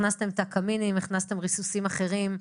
הכנסתם את הקמינים וריסוסים אחרים,